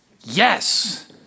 Yes